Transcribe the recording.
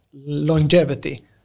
longevity